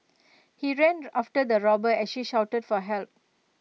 he ran after the robber as she shouted for help